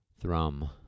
Thrum